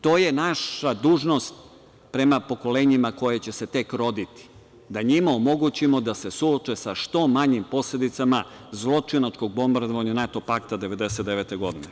To je naša dužnost prema pokolenjima koja će se tek roditi, da njima omogućimo da se suoče sa što manjim posledicama zločinačkog bombardovanja NATO pakta 1999. godine.